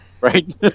Right